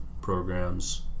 programs